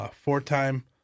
Four-time